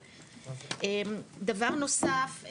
דבר נוסף,